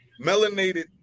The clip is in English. melanated